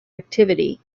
activity